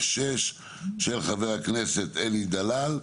של חבר הכנסת אלי דלל.